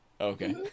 Okay